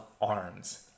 arms